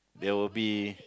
there will be